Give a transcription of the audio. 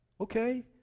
Okay